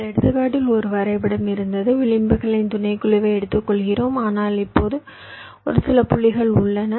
இந்த எடுத்துக்காட்டில் ஒரு வரைபடம் இருந்தது விளிம்புகளின் துணைக்குழுவை எடுத்துக்கொள்கிறோம் ஆனால் இப்போது ஒரு சில புள்ளிகள் உள்ளன